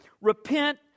repent